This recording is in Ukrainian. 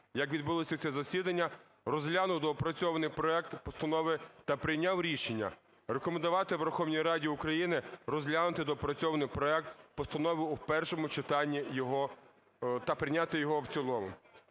як відбулося це засідання – розглянув доопрацьований проект постанови та прийняв рішення рекомендувати Верховній Раді України розглянути доопрацьований проект постанови в першому читанні та прийняти його в цілому.